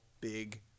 Big